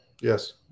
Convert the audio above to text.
yes